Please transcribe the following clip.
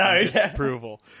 disapproval